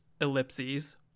ellipses